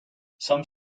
some